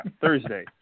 Thursday